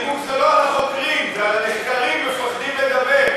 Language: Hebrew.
הנימוק זה לא החוקרים, הנחקרים מפחדים לדבר.